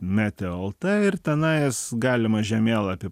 meteo lt ir tenais galima žemėlapį